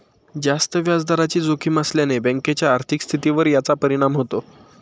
जास्त व्याजदराची जोखीम असल्याने बँकेच्या आर्थिक स्थितीवर याचा परिणाम होतो